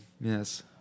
Yes